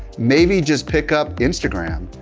maybe just pick up instagram,